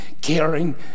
caring